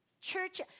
church